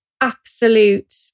absolute